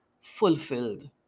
fulfilled